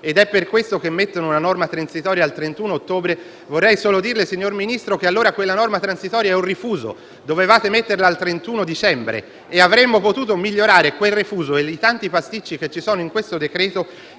ed è per questo che mettono una norma transitoria al 31 ottobre. Vorrei allora dirle, signor Ministro, che quella norma transitoria è un refuso: avreste dovuto metterla al 31 dicembre. E avremmo potuto migliorare quel refuso e i tanti pasticci presenti in questo decreto-legge